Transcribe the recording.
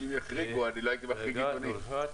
מכוח חוק